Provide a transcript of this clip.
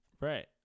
Right